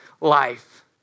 life